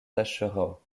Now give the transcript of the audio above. taschereau